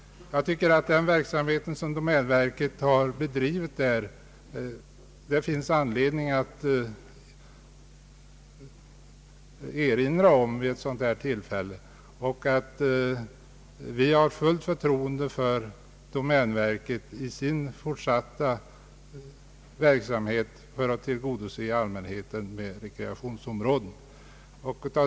Jag tycker därför att vid ett sådant här tillfälle finns det anledning erinra om denna verksamhet som domänverket bedriver. Vi har fullt förtroende för domänverket när det gäller dess fortsatta arbete för att tillgodose allmänheten med rekreationsområden.